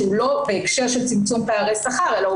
שהוא לא בהקשר של צמצום פערי שכר אלא הוא